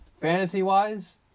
Fantasy-wise